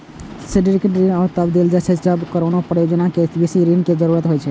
syndicate ऋण तब देल जाइ छै, जब कोनो परियोजना कें बेसी ऋण के जरूरत होइ छै